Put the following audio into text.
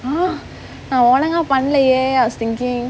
!huh! நான் ஒழுங்கா பண்லயே:naan olunga panlayae I was thinking